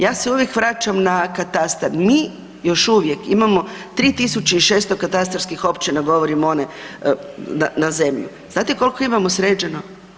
Ja se uvijek vraćam na katastar, mi još uvijek imamo 3.600 katastarskih općina, govorim o onima na zemlji, znate koliko imamo sređeno?